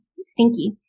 stinky